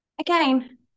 again